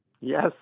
Yes